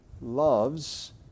loves